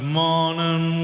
morning